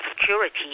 security